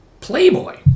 playboy